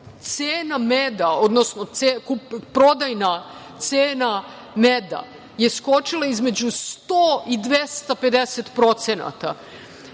cena meda, odnosno prodajna cena meda je skočila između 100% i 250%.